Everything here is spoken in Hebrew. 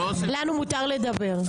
לנו מותר לדבר,